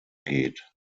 geht